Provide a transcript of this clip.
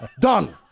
done